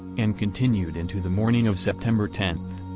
and continued into the morning of september tenth.